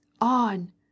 On